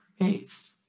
amazed